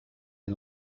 der